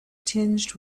tinged